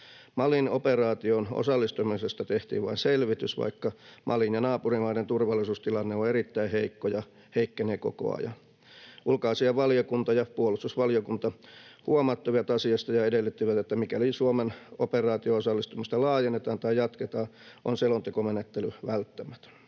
Malin operaatioon osallistumisesta tehtiin vain selvitys, vaikka Malin ja naapurimaiden turvallisuustilanne on erittäin heikko ja heikkenee koko ajan. Ulkoasianvaliokunta ja puolustusvaliokunta huomauttivat asiasta ja edellyttivät, että mikäli Suomen operaatio-osallistumista laajennetaan tai jatketaan, on selontekomenettely välttämätön.